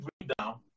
breakdown